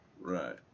Right